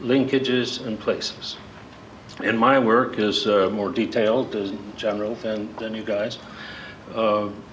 linkages in places in my work is more detailed as general and then you guys